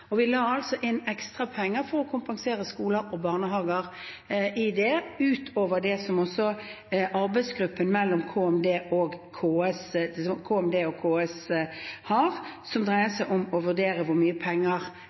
og vi la inn ekstra penger for å kompensere skoler og barnehager i det, utover det som arbeidsgruppen mellom Kommunal- og moderniseringsdepartementet og KS har, som dreier seg om å vurdere hvor mye penger